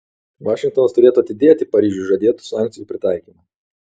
vašingtonas turėtų atidėti paryžiui žadėtų sankcijų pritaikymą